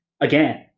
again